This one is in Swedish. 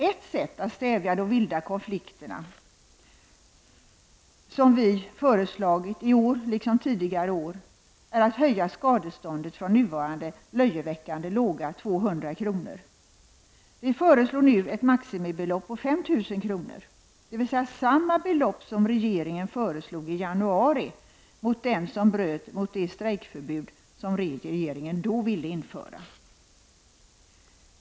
Ett sätt att stävja de vilda konflikterna som den borgerliga oppositionen föreslagit i många år är att höja skadeståndet från nuvarande löjeväckande låga 200 kr. Vi föreslår nu ett maximibelopp på 5 000 kr., dvs. samma belopp som regeringen föreslog i januari att dömas ut mot den som bröt mot det strejkförbud som regeringen då ville införa.